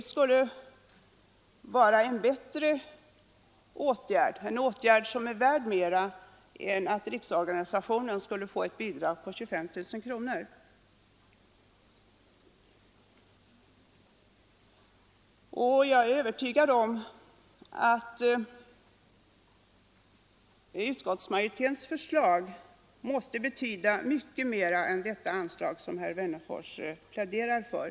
Vi tror att det är en bättre åtgärd, en åtgärd som är värd mera än åtgärden att ge riksorganisationen ett bidrag på 25 000 kronor; jag är övertygad om att detta utskottsmajoritetens förslag betyder mycket mera än det anslag som herr Wennerfors pläderar för.